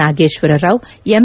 Nageswara Rao M